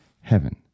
Heaven